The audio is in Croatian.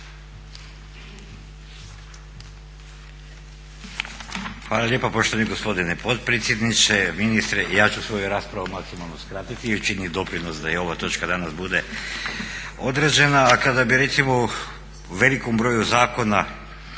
Hvala lijepo poštovani gospodine potpredsjedniče. Ministre i ja ću svoju raspravu maksimalno skratiti i učiniti doprinos da i ova točka danas bude odrađena. A kada bi recimo u velikom broju zakona